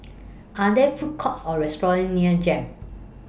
Are There Food Courts Or restaurants near Jem